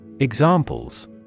Examples